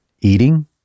eating